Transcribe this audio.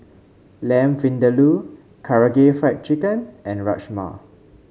Lamb Vindaloo Karaage Fried Chicken and Rajma